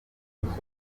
umwaka